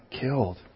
killed